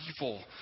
evil